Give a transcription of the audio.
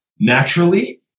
naturally